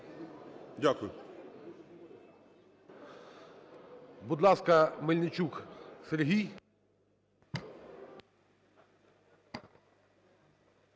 Дякую.